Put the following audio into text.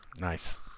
Nice